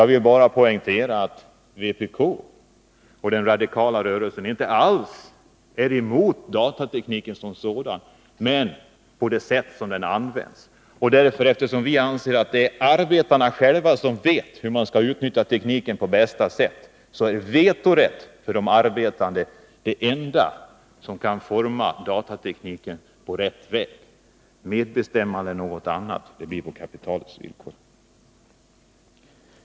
Jag vill poängtera att vpk och den radikala rörelsen inte alls är emot datatekniken som sådan utan det sätt på vilket den används. Eftersom vi anser att det är arbetarna själva som vet hur man kan utnyttja tekniken på bästa sätt är vetorätt för de arbetande det enda som kan leda till en riktig utformning av datapolitiken. Medbestämmande är något annat. Det sker på kapitalets villkor.